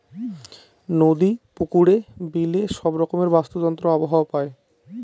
নদী, পুকুরে, বিলে সব রকমের বাস্তুতন্ত্র আবহাওয়া পায়